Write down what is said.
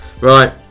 Right